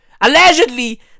allegedly